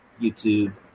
youtube